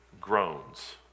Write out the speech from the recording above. groans